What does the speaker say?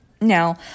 Now